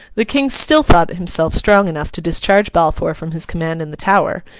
the king still thought himself strong enough to discharge balfour from his command in the tower,